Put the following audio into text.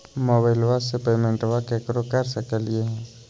मोबाइलबा से पेमेंटबा केकरो कर सकलिए है?